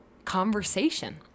conversation